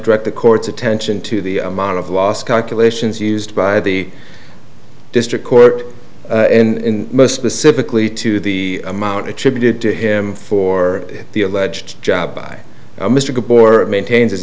direct the court's attention to the amount of loss calculations used by the district court in most specifically to the amount attributed to him for the alleged job by mr bork maintains